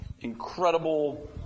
incredible